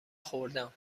خوردم